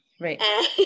right